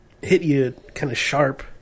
hit-you-kind-of-sharp